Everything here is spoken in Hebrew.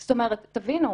תבינו,